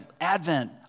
Advent